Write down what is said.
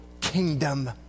kingdom